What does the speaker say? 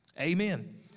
Amen